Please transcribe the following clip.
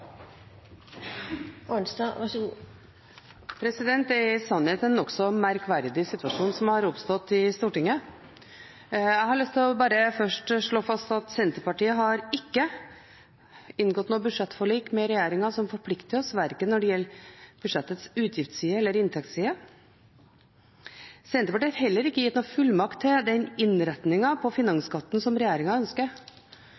i sannhet en nokså merkverdig situasjon som har oppstått i Stortinget. Jeg har bare først lyst til å slå fast at Senterpartiet ikke har inngått noe budsjettforlik med regjeringen som forplikter oss, når det gjelder verken budsjettets utgiftsside eller inntektsside. Senterpartiet har heller ikke gitt noen fullmakt til den innretningen på